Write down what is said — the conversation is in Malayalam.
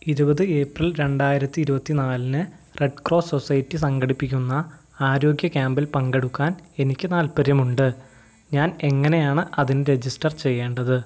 ഇരുപത് ഏപ്രിൽ രണ്ടായിരത്തി ഇരുപത്തിനാലിന് റെഡ് ക്രോസ് സൊസൈറ്റി സംഘടിപ്പിക്കുന്ന ആരോഗ്യ ക്യാമ്പിൽ പങ്കെടുക്കാൻ എനിക്ക് താൽപ്പര്യമുണ്ട് ഞാൻ എങ്ങനെയാണ് അതിന് രജിസ്റ്റർ ചെയ്യേണ്ടത്